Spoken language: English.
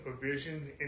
provision